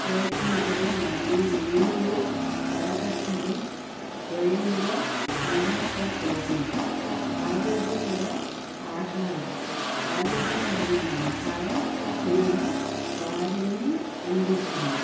ప్రయత్నించడం మరియు నీరు వడకట్టడం ద్వయంగా మహాత్వపూర్ణం ఆరోగ్యకర ఆహారం ఆరోగ్యకరమైన ఆహారం తినడం వాడేమి అందిస్తుంది